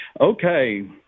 Okay